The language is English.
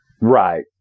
Right